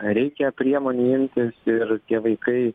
reikia priemonių imtis ir tie vaikai